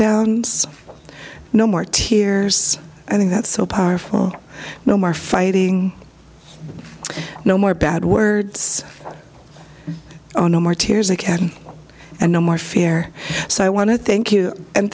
down no more tears i think that's so powerful no more fighting no more bad words oh no more tears again and no more fear so i want to thank you and